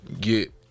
Get